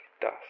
dust